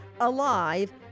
alive